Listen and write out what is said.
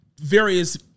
various